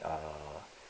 uh